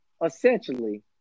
Essentially